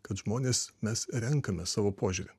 kad žmonės mes renkamės savo požiūrį